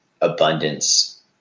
abundance